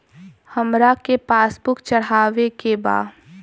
हमरा के पास बुक चढ़ावे के बा?